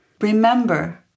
Remember